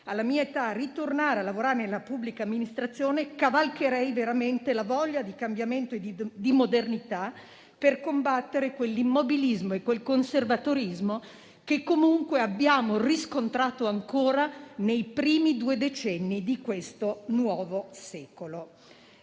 alla mia età, ritornare a lavorare nella pubblica amministrazione, cavalcherei veramente la voglia di cambiamento e di modernità per combattere quell'immobilismo e quel conservatorismo che comunque abbiamo riscontrato ancora nei primi due decenni del nuovo secolo.